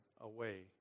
away